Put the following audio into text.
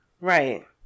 Right